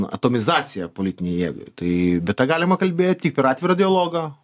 na atomizaciją politinei jėgai tai bet tą galima kalbėt tik per atvirą dialogą